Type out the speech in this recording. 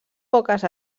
poques